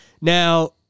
Now